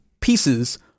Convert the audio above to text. pieces